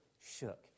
shook